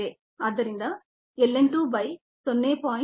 ಆದ್ದರಿಂದ ln 2 by 0